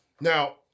Now